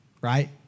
right